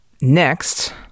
next